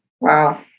Wow